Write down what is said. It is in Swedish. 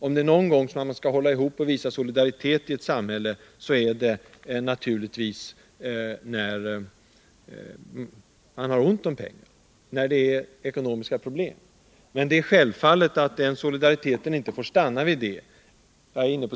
Om det är någon gång som man skall hålla ihop och visa solidaritet i ett samhälle, är det naturligtvis när det är ekonomiska problem. Men det är självklart att solidariteten inte får stanna vid det.